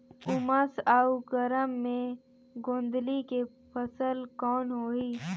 उमस अउ गरम मे गोंदली के फसल कौन होही?